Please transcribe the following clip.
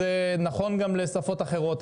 זה נכון גם לשפות אחרות,